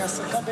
מהסקה בנפט.